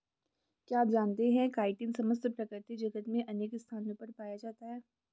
क्या आप जानते है काइटिन समस्त प्रकृति जगत में अनेक स्थानों पर पाया जाता है?